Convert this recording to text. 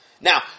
Now